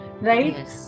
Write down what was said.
right